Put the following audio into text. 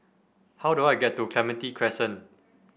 how do I get to Clementi Crescent